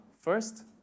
first